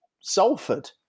Salford